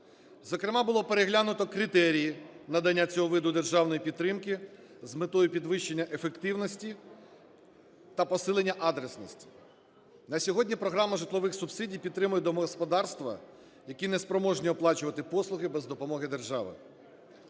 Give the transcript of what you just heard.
зокрема було переглянуто критерії надання цього виду державної підтримки з метою підвищення ефективності та посилення адресності. На сьогодні програма житлових субсидій підтримує домогосподарства, які неспроможні оплачувати послуги без допомоги держави.